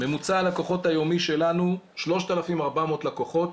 ממוצע הלקוחות היומי שלנו הוא 3,400 לקוחות.